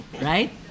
right